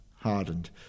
hardened